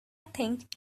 think